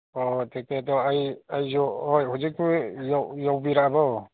ꯑꯣ ꯇꯤꯀꯦꯠꯇꯣ ꯑꯩ ꯑꯩꯁꯨ ꯍꯣꯏ ꯍꯧꯖꯤꯛꯄꯨ ꯌꯧꯕꯤꯔꯛꯑꯕꯣ